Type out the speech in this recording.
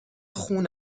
خون